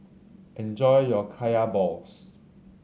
enjoy your Kaya balls